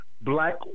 black